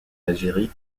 algérie